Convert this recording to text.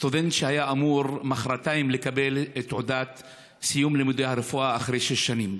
סטודנט שהיה אמור מוחרתיים לקבל תעודת סיום לימודי הרפואה אחרי שש שנים.